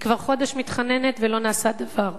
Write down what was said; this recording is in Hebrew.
היא כבר חודש מתחננת ולא נעשה דבר.